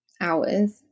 Hours